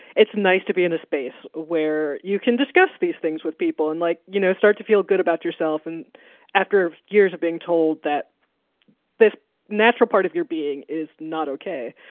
it's nice to be in a space where you can discuss these things with people and like, you know, start to feel good about yourself. and after years of being told that there's a natural part of your being is not ok.